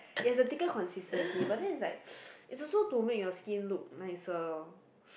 it has a thicker consistency but then is like is also to make your skin to nicer lor